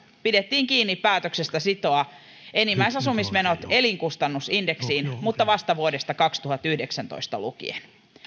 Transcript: pidettiin kiinni päätöksestä sitoa enimmäisasumismenot elinkustannusindeksiin mutta vasta vuodesta kaksituhattayhdeksäntoista lukien